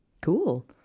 Cool